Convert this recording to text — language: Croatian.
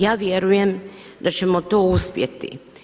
Ja vjerujem da ćemo to uspjeti.